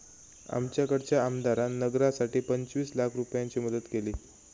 आमच्याकडच्या आमदारान नगरासाठी पंचवीस लाख रूपयाची मदत केली